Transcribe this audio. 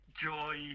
Joy